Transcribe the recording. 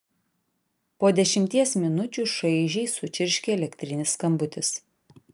po dešimties minučių šaižiai sučirškė elektrinis skambutis